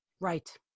Right